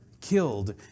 killed